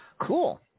Cool